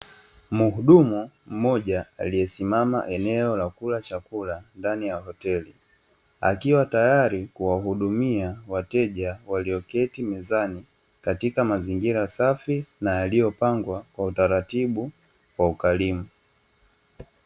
Mhudumu mmoja aliyesimama eneo la kula chakula ndani ya hoteli, akiwa tayari kuwahudumia wateja walioketi mezani, katika mazingira safi na yaliyopangwa kwa utaratibu kwa ukarimu.